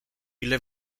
ile